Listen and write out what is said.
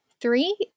three